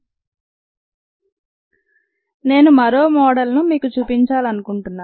slide సమయాన్ని పరిశీలించండి 1147 నేను మరో మోడల్ను మీకు చూపించాలనుకుంటున్నాను